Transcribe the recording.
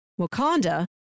Wakanda